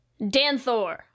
Danthor